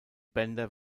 bänder